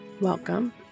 Welcome